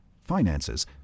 finances